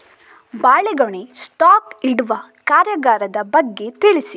ಬಾಳೆಗೊನೆ ಸ್ಟಾಕ್ ಇಡುವ ಕಾರ್ಯಗಾರದ ಬಗ್ಗೆ ತಿಳಿಸಿ